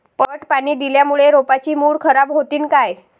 पट पाणी दिल्यामूळे रोपाची मुळ खराब होतीन काय?